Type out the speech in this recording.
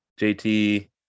JT